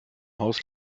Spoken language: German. haus